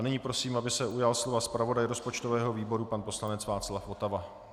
Nyní prosím, aby se ujal slova zpravodaj rozpočtového výboru pan poslanec Václav Votava.